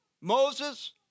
Moses